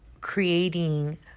creating